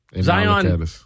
Zion